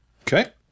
Okay